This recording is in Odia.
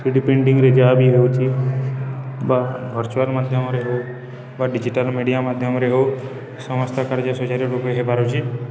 ଥ୍ରୀଡ଼ି ପ୍ରିଣ୍ଟିଂରେ ଯାହା ବି ହେଉଛି ବା ଭର୍ଚୁଆଲ୍ ମାଧ୍ୟମରେ ହଉ ବା ଡିଜିଟାଲ ମିଡ଼ିଆ ମାଧ୍ୟମରେ ହଉ ସମସ୍ତ କାର୍ଯ୍ୟ ସୁଚାରୁ ରୂପେ ହେଇପାରୁଛି